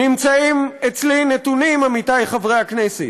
נמצאים אצלי נתונים, עמיתי חברי הכנסת,